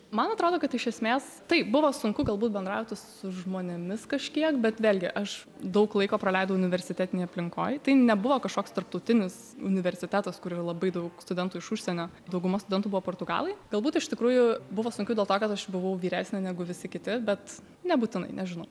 man atrodo kad iš esmės taip buvo sunku galbūt bendrauti su žmonėmis kažkiek bet vėlgi aš daug laiko praleidau universitetinėje aplinkoj tai nebuvo kažkoks tarptautinis universitetas kur yra labai daug studentų iš užsienio dauguma studentų buvo portugalai galbūt iš tikrųjų buvo sunkiau dėl to kad aš buvau vyresnė negu visi kiti bet nebūtinai nežinau